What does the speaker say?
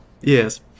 Yes